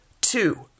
Two